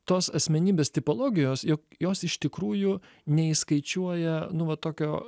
tos asmenybės tipologijos jog jos iš tikrųjų neįskaičiuoja nu va tokio